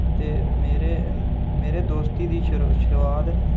ते मेरे दोस्त मेरी दोस्ती दी शुरू शुरुआत